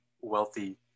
wealthy